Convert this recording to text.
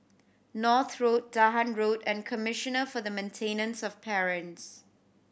North Road Dahan Road and Commissioner for the Maintenance of Parents